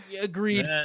agreed